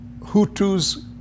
Hutus